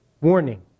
warning